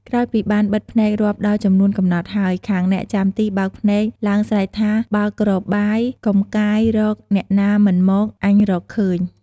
ក្រោយពីបានបិទភ្នែករាប់ដល់ចំនួនកំណត់ហើយ ខាងអ្នកចាំទីបើកភ្នែកឡើងស្រែកថា "បើកគ្របបាយ កំកាយរក អ្នកណាមិនមក អញរកឃើញ"។